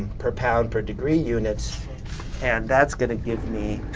per pound per degree units and that's going to give me,